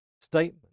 statement